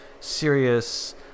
serious